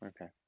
okay